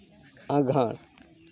ᱟᱜᱷᱟᱲ